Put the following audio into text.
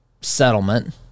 settlement